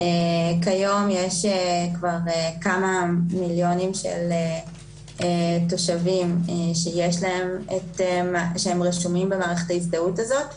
כיום יש כבר כמה מיליונים של תושבים שרשומים במערכת ההזדהות הזאת,